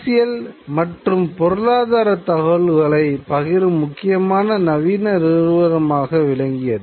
அரசியல் மற்றும் பொருளாதார தகவல்களை பகிரும் முக்கியமான நவீன நிறுவனமாக விளங்கியது